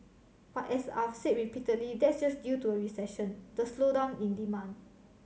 but as I've said repeatedly that's just due to a recession the slowdown in demand